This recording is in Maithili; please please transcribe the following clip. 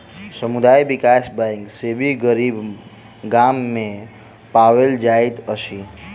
समुदाय विकास बैंक बेसी गरीब गाम में पाओल जाइत अछि